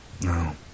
No